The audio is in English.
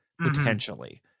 potentially